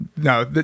no